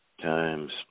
times